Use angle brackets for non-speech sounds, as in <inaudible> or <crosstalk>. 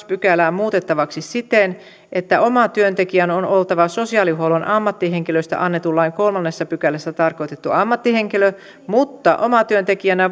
<unintelligible> pykälää muutettavaksi siten että omatyöntekijän on oltava sosiaalihuollon ammattihenkilöistä annetun lain kolmannessa pykälässä tarkoitettu ammattihenkilö mutta omatyöntekijänä <unintelligible>